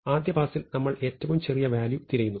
ആദ്യ പാസിൽ നമ്മൾ ഏറ്റവും ചെറിയ വാല്യൂ തിരയുന്നു